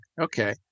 Okay